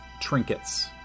trinkets